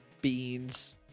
Beans